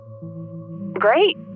Great